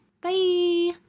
Bye